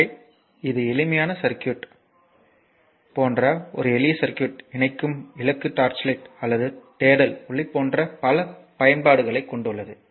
எனவே இது எளிமையான சர்க்யூட் எனவே இது போன்ற ஒரு எளிய சர்க்யூட் இணைக்கும் விளக்கு டார்ச் லைட் அல்லது தேடல் ஒளி போன்ற பல பயன்பாடுகளைக் கொண்டுள்ளது